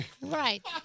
Right